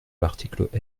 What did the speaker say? l’article